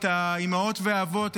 את האימהות והאבות,